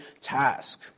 task